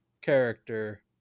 character